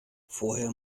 vorher